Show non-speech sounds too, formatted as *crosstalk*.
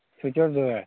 سُہ تہِ اوس *unintelligible*